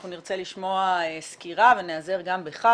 אנחנו נרצה לשמוע סקירה ונעזר גם בך,